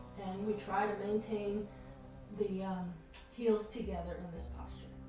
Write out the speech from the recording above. then we try to maintain the um heels together in this posture.